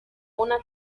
una